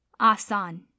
Asan